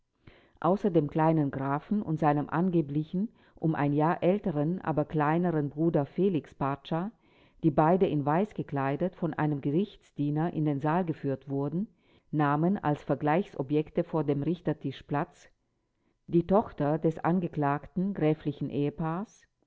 außer dem kleinen grafen und seinem angeblichen um ein jahr älteren aber kleineren bruder felix pracza die beide in weiß gekleidet von einem gerichtsdiener in den saal geführt wurden nahmen als vergleichsobjekte vor dem richtertisch platz die tochter des angeklagten gräflichen ehepaares